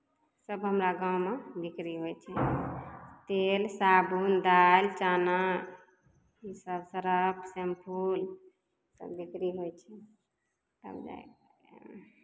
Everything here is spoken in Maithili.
सभ हमरा गाँवमे बिक्री होइ छै तेल साबुन दालि चना इसभ सर्फ शैंपू सभ बिक्री होइ छै हमे